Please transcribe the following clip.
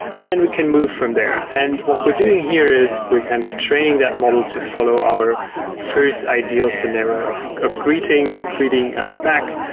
and then we can move from there. and what what we're doing here is we're kind of training that model to follow our first ideal scenario of of greeting, greeting us back.